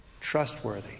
trustworthy